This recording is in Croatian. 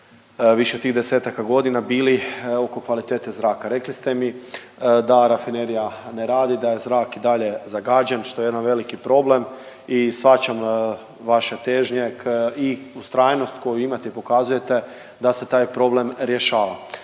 više tih desetaka godina bili oko kvalitete zraka. Rekli ste mi da rafinerija ne radi, da je zrak i dalje zagađen, što je jedan veliki problem i shvaćam vaše težnje i ustrajnost koju imate i pokazujete da se taj problem rješava.